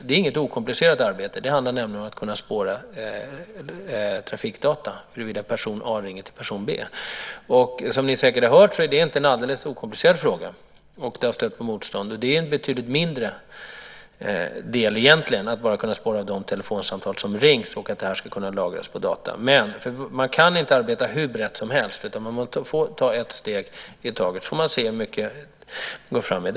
Det är inget okomplicerat arbete - det handlar nämligen om att kunna spåra trafikdata och huruvida person A ringer till person B. Som ni säkert har hört så är detta inte en alldeles okomplicerad fråga, och det här har stött på motstånd. Det är ändå en betydligt mindre del, det vill säga bara att kunna spåra de telefonsamtal som har ringts och att dessa data ska kunna lagras. Men man kan inte arbeta hur brett som helst, utan man får ta ett steg i taget. Sedan får man se hur mycket man kan gå fram med.